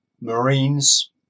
Marines